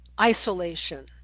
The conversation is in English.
isolation